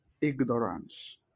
Ignorance